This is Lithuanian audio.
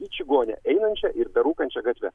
į čigonę einančią ir berūkančią gatve